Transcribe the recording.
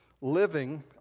living